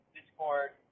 Discord